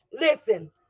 listen